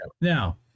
Now